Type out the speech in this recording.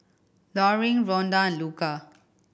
Loring Rhonda and Luca